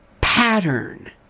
pattern